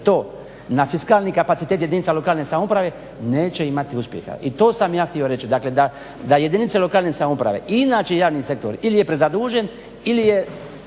to na fiskalni kapacitet jedinica lokalne samouprave neće imati uspjeha. I to sam ja htio reći. Dakle, da jedinice lokalne samouprave i inače javni sektor ili je prezadužen ili je